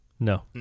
No